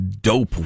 dope